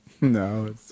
no